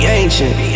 ancient